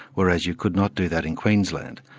whereas you could not do that in queensland.